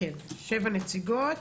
שבע נציגות,